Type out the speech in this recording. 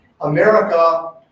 America